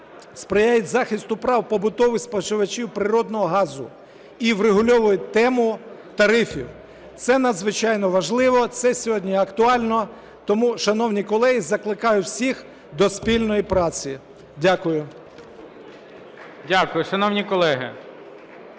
сприяють захисту прав побутових споживачів природного газу і врегульовують тему тарифів. Це надзвичайно важливо, це сьогодні актуально, тому, шановні колеги, закликаю всіх до спільної праці. Дякую. ГОЛОВУЮЧИЙ. Дякую. Шановні колеги,